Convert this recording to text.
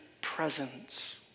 presence